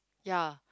ya